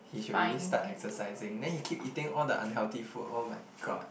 he should really start exercising then he keep eating all the unhealthy food oh-my-god